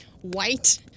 white